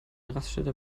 raststätte